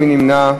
מי נמנע?